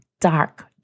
Dark